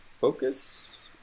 focus